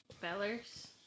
fellers